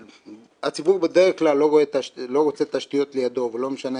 הציבור בדרך כלל לא רוצה תשתיות לידו ולא משנה